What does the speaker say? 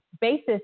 basis